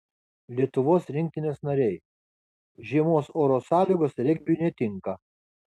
lietuvos rinktinės nariai žiemos oro sąlygos regbiui netinka